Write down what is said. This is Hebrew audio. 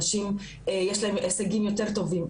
נשים יש להן הישגים יותר טובים,